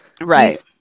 right